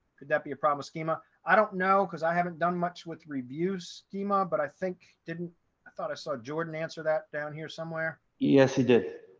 could that be a problem with schema? i don't know. because i haven't done much with reviews schema, but i think didn't. i thought i saw jordan answer that down here somewhere. yes, he did.